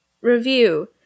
review